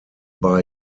bei